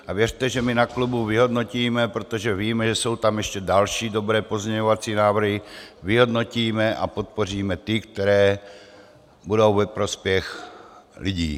A věřte, že my na klubu vyhodnotíme, protože víme, že jsou tam ještě další dobré pozměňovací návrhy, vyhodnotíme a podpoříme ty, které budou ve prospěch lidí.